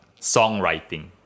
songwriting